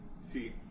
See